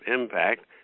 impact